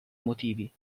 motivi